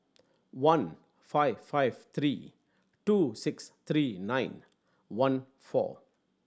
one five five three two six three nine one four